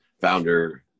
founder